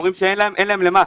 אומרים שאין להם למה,